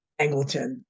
Angleton